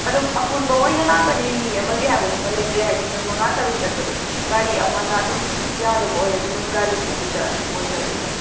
ꯐꯗꯨꯝ ꯑꯄꯨꯟꯕ ꯑꯣꯏꯅ ꯂꯥꯛꯀꯅꯤ ꯃꯤ ꯑꯃꯒꯤ ꯍꯥꯏꯕꯗꯨꯃ ꯂꯩꯇ꯭ꯔꯦ ꯍꯥꯏꯗꯤ ꯅꯣꯏ ꯃꯉꯥ ꯇꯔꯨꯛ ꯆꯠꯄꯗꯣ ꯒꯥꯔꯤ ꯑꯃꯅ ꯑꯗꯨꯝ ꯌꯥꯗꯧꯕ ꯑꯣꯏꯔꯗꯤ ꯑꯗꯨꯝ ꯒꯥꯔꯤꯗꯨꯒꯤꯗ ꯑꯗꯨꯝ ꯑꯣꯏꯈ꯭ꯔꯗꯣꯏꯕ